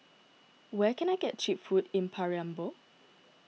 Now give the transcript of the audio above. where can I get Cheap Food in Paramaribo